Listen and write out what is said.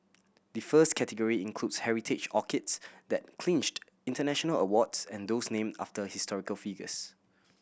the first category includes heritage orchids that clinched international awards and those named after historical figures